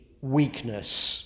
weakness